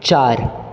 चार